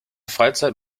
freizeit